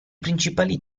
principali